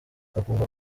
akumva